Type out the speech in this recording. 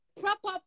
proper